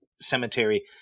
cemetery